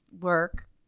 work